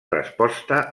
resposta